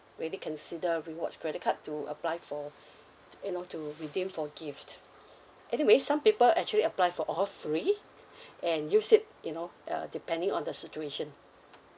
really consider rewards credit card to apply for you know to redeem for gift anyway some people actually apply for all three and use it you know uh depending on the situation